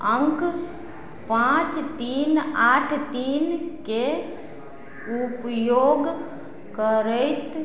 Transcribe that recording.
अङ्क पाँच तीन आठ तीनकेँ उपयोग करैत